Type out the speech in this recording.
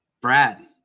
Brad